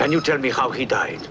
can you tell me how he died